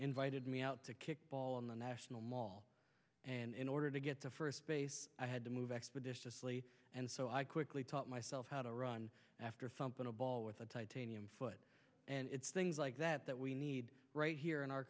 invited me out to kickball in the national mall and in order to get to first base i had to move expeditiously and so i quickly taught myself how to run after something a ball with a titanium foot and it's things like that that we need right here in our